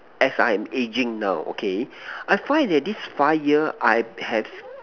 as I'm aging now okay I find that this five year I have